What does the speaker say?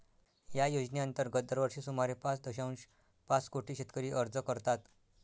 या योजनेअंतर्गत दरवर्षी सुमारे पाच दशांश पाच कोटी शेतकरी अर्ज करतात